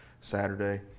Saturday